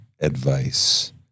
advice